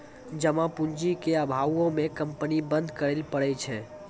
जमा पूंजी के अभावो मे कंपनी बंद करै पड़ै छै